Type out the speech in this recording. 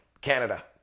Canada